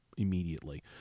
Immediately